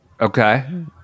Okay